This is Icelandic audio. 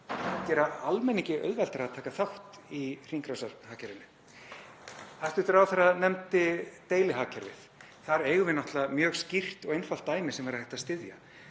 að gera almenningi auðveldara að taka þátt í hringrásarhagkerfinu. Hæstv. ráðherra nefndi deilihagkerfið. Þar eigum við náttúrlega mjög skýrt og einfalt dæmi sem væri hægt að styðja,